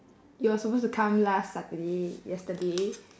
you were supposed to come last saturday yesterday